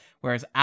whereas